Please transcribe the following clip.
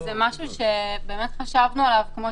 זה דבר שחשבנו עליו.